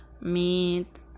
Meet